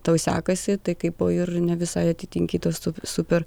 tau sekasi tai kaip po ir ne visai atitinki tos super